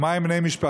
מה עם בני המשפחות?